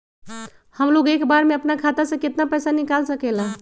हमलोग एक बार में अपना खाता से केतना पैसा निकाल सकेला?